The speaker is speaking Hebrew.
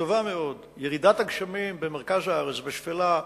ירידת הגשמים במרכז הארץ, בשפלה,